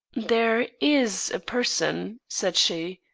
there is a person, said she,